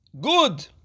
good